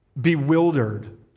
bewildered